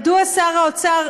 מדוע שר האוצר,